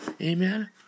Amen